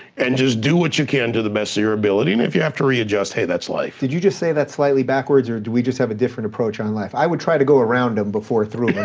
and just do what you can to the best of your ability and if you have to readjust, hey that's life. did you just say that slightly backwards, or do we just have a different approach on life? i would try to go around em before through them.